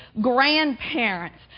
grandparents